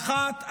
האחת,